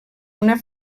una